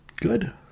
Good